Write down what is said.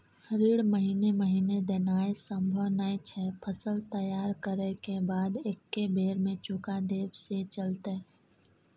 ऋण महीने महीने देनाय सम्भव नय छै, फसल तैयार करै के बाद एक्कै बेर में चुका देब से चलते?